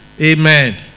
Amen